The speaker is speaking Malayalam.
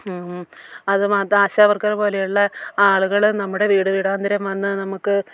അതുമാത്രം ആശാവർക്കർ പോലെയുള്ളെ ആളുകൾ നമ്മുടെ വീട് വീടാന്തരം വന്ന് നമുക്ക്